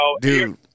dude